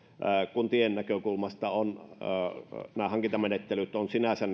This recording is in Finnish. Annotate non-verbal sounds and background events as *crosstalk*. kuntien näkökulmasta nämä hankintamenettelyt ovat sinänsä *unintelligible*